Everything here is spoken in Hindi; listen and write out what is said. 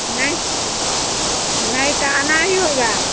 नहीं नहीं तो आना ही होगा